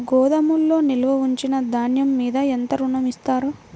గోదాములో నిల్వ ఉంచిన ధాన్యము మీద ఎంత ఋణం ఇస్తారు?